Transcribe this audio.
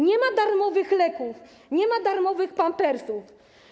Nie ma darmowych leków, nie ma darmowych pampersów.